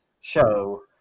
show